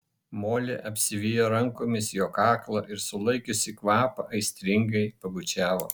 molė apsivijo rankomis jo kaklą ir sulaikiusi kvapą aistringai pabučiavo